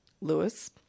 Lewis